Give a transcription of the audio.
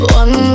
one